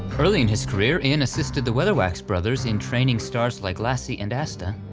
ah early in his career inn assisted the weatherwax brothers in training stars like lassie and asta.